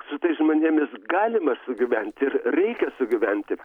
su tais žmonėmis galima sugyventi ir reikia sugyventi